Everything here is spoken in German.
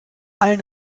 allen